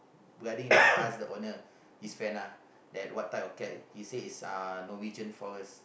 brother-in-law ask the owner his friend ah that what type of cat he say is uh Norwegian-Forest